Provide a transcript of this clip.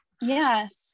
yes